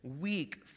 weak